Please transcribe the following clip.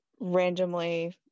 randomly